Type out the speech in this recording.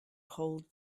hold